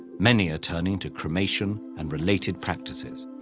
many are turning to cremation and related practices.